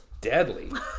deadly